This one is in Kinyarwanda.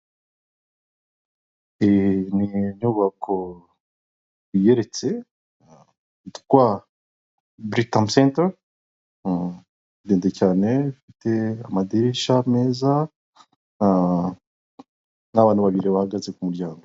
Iyi ni inyubako igeretse, yitwa buritamu senta ndende cyane ifite amadirishya meza, n'abantu babiri bahagaze ku muryango.